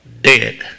dead